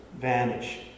vanish